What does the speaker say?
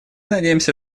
надеемся